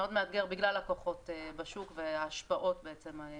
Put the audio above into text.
מאוד מאתגר בגלל הכוחות בשוק וההשפעות בעצם על כולם.